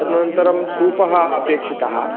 तदनन्तरं सूपः अपेक्षितः